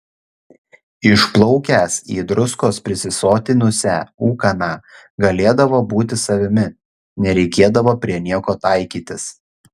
išplaukęs į druskos prisisotinusią ūkaną galėdavo būti savimi nereikėdavo prie nieko taikytis